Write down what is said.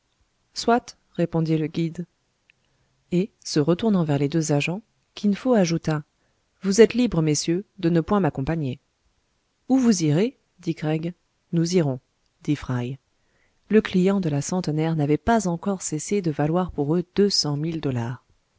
soit répondit le guide et se retournant vers les deux agents kin fo ajouta vous êtes libres messieurs de ne point m'accompagner où vous irez dit craig nous irons dit fry le client de la centenaire n'avait pas encore cessé de valoir pour eux deux cent mille dollars